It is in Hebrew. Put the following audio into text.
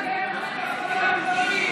אבוטבול,